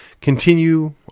continue